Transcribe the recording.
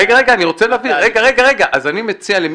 רגע, אז אני אענה.